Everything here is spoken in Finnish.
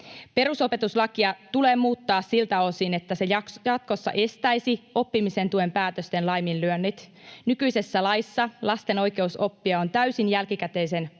Perusopetuslakia tulee muuttaa siltä osin, että se jatkossa estäisi oppimisen tuen päätösten laiminlyönnit. Nykyisessä laissa lasten oikeus oppia on täysin jälkikäteisen